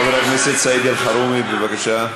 חבר הכנסת סעיד אלחרומי, בבקשה.